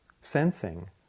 sensing